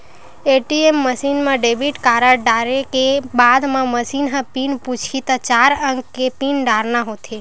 ATM machine म debit card डारे के बाद म मसीन ह पिन पूछही त चार अंक के पिन डारना होथे